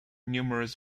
numerous